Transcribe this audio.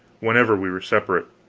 whenever we were separate,